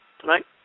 tonight